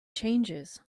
changes